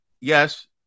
Yes